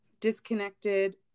disconnected